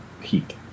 heat